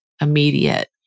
immediate